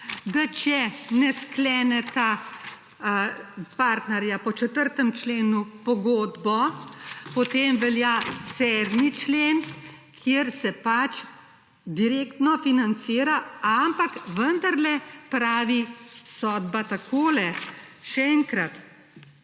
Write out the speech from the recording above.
Da če ne skleneta partnerja po 4. členu pogodbo, potem velja 7. člen, kjer se pač direktno financira, ampak vendarle pravi sodba takole, še enkrat: